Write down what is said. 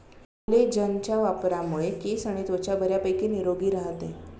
कोलेजनच्या वापरामुळे केस आणि त्वचा बऱ्यापैकी निरोगी राहते